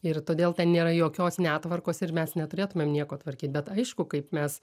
ir todėl ten nėra jokios netvarkos ir mes neturėtumėm nieko tvarkyt bet aišku kaip mes